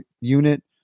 unit